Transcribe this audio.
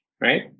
Right